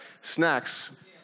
snacks